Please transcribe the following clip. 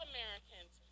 Americans